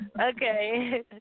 Okay